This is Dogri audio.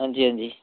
हांजी हांजी